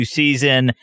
season